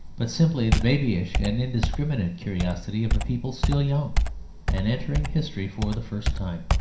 but simply the babyish and indiscriminate curiosity of a people still young and entering history for the first time.